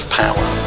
power